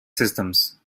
systems